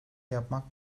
yapmak